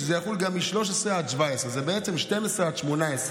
שזה יחול גם על 13 17. זה בעצם 12 18,